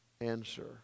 answer